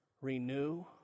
renew